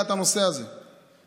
את הנושא הזה בוועדה לפניות הציבור.